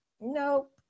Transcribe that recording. nope